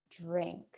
drink